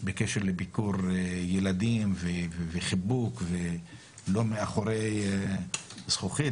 בקשר לביקור ילדים וחיבוק ולא מאחורי זכוכית,